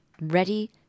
ready